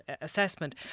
assessment